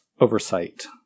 oversight